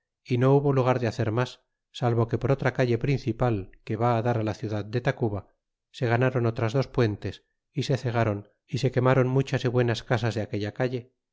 y no hubo hau gar de hacer mas salvo que por otra calle princip ti que va dará la ciudad de recaba se ganaron oteas das puentes y se cegaron y se quemaron muchas y buenas casas de aquella calle